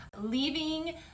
leaving